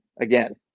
again